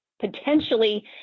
potentially